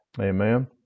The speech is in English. Amen